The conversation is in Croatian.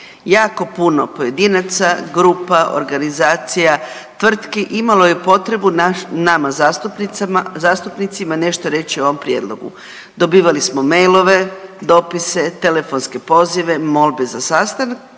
Jako puno pojedinaca, grupa, organizacija, tvrtki imalo je potrebu nama zastupnicima nešto reći o ovom prijedlogu. Dobivali smo e-mailove, dopise, telefonske pozive, molbe za sastanke